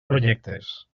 projectes